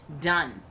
done